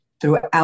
throughout